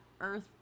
earth